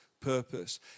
purpose